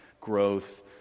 growth